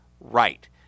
right